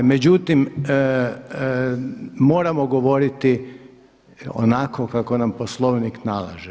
Međutim, moramo govoriti onako kako nam Poslovnik nalaže.